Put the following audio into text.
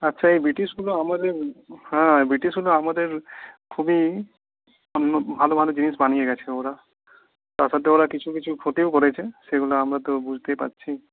আচ্ছা এই ব্রিটিশগুলো আমাদের হ্যাঁ ব্রিটিশগুলো আমাদের খুবই ভালো ভালো জিনিস বানিয়ে গেছে ওরা তার সাথে ওরা কিছু কিছু ক্ষতিও করেছে সেগুলো আমরা তো বুঝতেই পারছি